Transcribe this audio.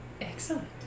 Excellent